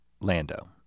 Lando